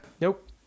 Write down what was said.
Nope